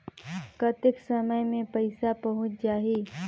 कतेक समय मे पइसा पहुंच जाही?